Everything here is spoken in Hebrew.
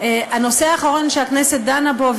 הנושא האחרון שהכנסת דנה בו,